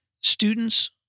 Students